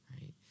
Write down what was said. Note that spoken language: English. right